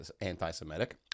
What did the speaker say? anti-Semitic